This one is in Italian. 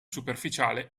superficiale